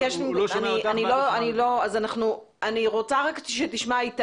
אני רוצה שתשמע, איתי,